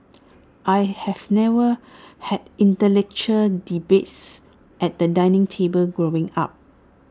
I have never had intellectual debates at the dining table growing up